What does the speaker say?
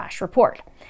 Report